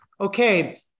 Okay